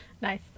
Nice